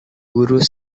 guru